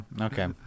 okay